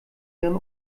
ihren